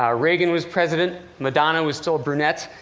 um reagan was president. madonna was still a brunette.